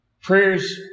Prayers